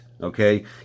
Okay